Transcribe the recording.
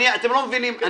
אתם לא מבינים.